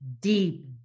deep